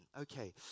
Okay